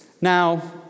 Now